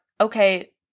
okay